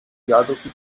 geography